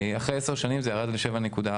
אחרי 10 שנים זה ירד ל-7.4.